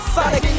Sonic